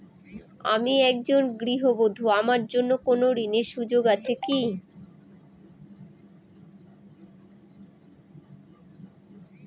আমি একজন গৃহবধূ আমার জন্য কোন ঋণের সুযোগ আছে কি?